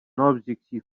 objectif